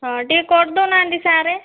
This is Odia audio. ହଁ ଟିକିଏ କରି ଦେଉନାହାନ୍ତି ସାର୍